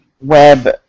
web